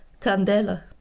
Candela